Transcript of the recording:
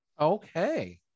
Okay